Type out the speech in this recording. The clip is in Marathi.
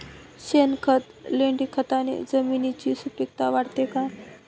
शेणखत, लेंडीखताने जमिनीची सुपिकता वाढते का?